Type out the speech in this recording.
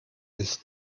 ist